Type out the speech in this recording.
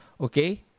Okay